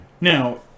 Now